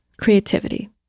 Creativity